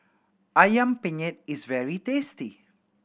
Ayam Penyet is very tasty